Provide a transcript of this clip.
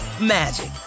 magic